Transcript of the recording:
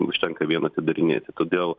užtenka vien atidarinėti todėl